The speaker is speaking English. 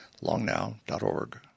longnow.org